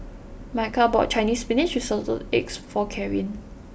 Micah bought Chinese Spinach with Assorted Eggs for Karin